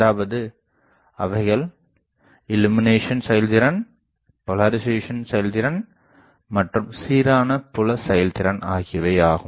அதாவது அவைகள் இள்ளுமினேசன் செயல்திறன் போலரிசேசன் செயல்திறன் மற்றும் சீரான புல செயல்திறன் ஆகியவை ஆகும்